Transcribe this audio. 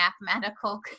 mathematical